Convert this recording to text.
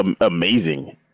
amazing